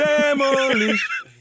Demolish